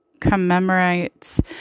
commemorates